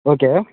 okay